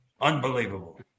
Unbelievable